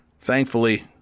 thankfully